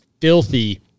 filthy